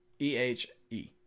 E-H-E